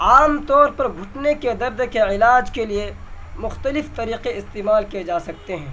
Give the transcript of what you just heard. عام طور پر گھٹنے کے درد کے علاج کے لیے مختلف طریقے استعمال کیے جا سکتے ہیں